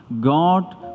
God